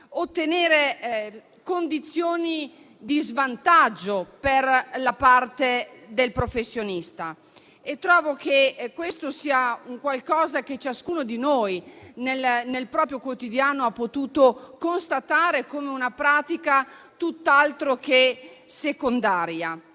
ottenere condizioni di svantaggio per la parte del professionista. Trovo che questo sia un qualcosa che ciascuno di noi, nel proprio quotidiano, ha potuto constatare come una pratica tutt'altro che secondaria.